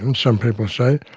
and some people say,